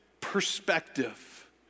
perspective